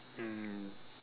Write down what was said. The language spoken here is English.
mm